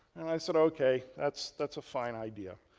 and i said, ok, that's that's a fine idea.